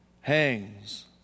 hangs